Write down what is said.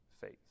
faith